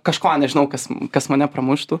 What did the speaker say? kažko nežinau kas kas mane pramuštų